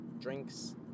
drinks